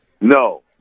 No